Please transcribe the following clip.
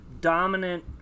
dominant